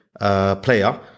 player